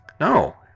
No